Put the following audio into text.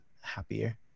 happier